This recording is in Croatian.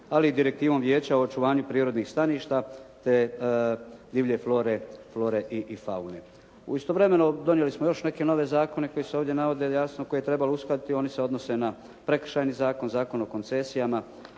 ali i direktivom Vijeća o očuvanju prirodnih staništa te divlje flore i faune. Istovremeno donijeli smo još neke nove zakone koji se ovdje navode, jasno koje je trebalo uskladiti. Oni se odnose na Prekršajni zakon, Zakon o koncesijama